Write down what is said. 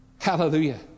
Hallelujah